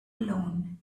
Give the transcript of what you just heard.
alone